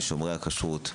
של שומרי הכשרות,